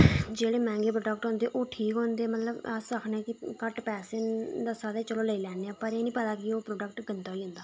जेह्ड़े मैहंगे प्रोडक्ट होंदे ओह् ठीक होंदे मतलब कि ओह् अस आखने कि घट्ट पैसे दस्सा दे चलो लेई लैन्ने आं पर एह् निं पता कि ओह् प्रोडक्ट गंदा होई जंदा